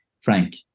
Frank